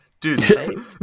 Dude